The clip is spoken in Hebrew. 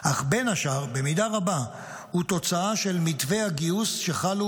אך בין השאר במידה רבה הוא תוצאה של מתווי הגיוס שחלו